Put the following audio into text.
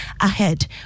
ahead